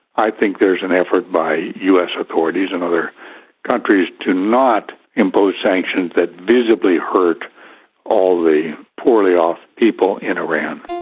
i think there's an effort by us authorities and other countries to not impose sanctions that visibly hurt all the poorly off people in iran.